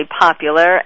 popular